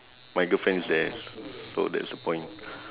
my girlfriend is there so that's the point